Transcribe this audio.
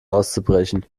auszubrechen